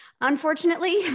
unfortunately